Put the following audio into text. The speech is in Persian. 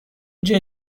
جای